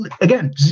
again